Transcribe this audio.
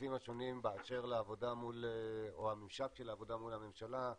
המשתתפים השונים באשר לממשק של העבודה מול הממשלה,